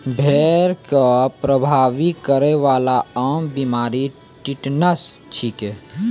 भेड़ क प्रभावित करै वाला आम बीमारी टिटनस छिकै